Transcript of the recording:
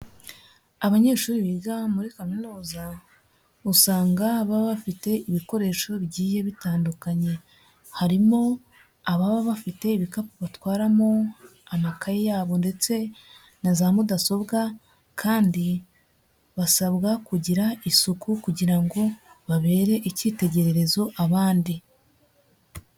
Abanyeshuri biga muri kaminuza usanga baba bafite ibikoresho bigiye bitandukanye, harimo ababa bafite ibikapu batwaramo amakaye yabo ndetse na za mudasobwa, kandi basabwa kugira isuku kugira ngo babere ikitegererezo abandi.